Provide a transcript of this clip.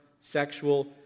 sexual